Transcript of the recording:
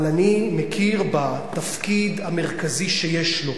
אבל אני מכיר בתפקיד המרכזי שיש לו.